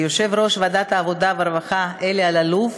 ליושב-ראש ועדת העבודה והרווחה אלי אלאלוף,